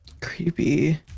Creepy